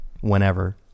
whenever